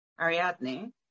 Ariadne